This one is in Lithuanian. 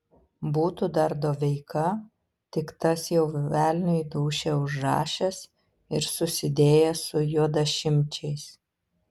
būtų dar doveika tik tas jau velniui dūšią užrašęs ir susidėjęs su juodašimčiais